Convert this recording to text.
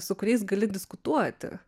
su kuriais gali diskutuoti